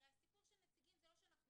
הרי הסיפור של נציגים הוא שאנחנו